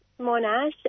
Monash